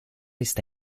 está